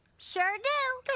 sure do. good.